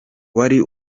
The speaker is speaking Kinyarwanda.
wari